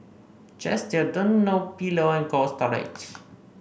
Chesdale Dunlopillo and Cold Storage